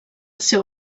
seu